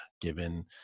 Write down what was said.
given